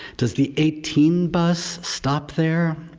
does the eighteen bus stop there?